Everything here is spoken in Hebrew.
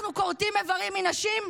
אנחנו כורתים איברים מנשים?